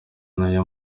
ntuye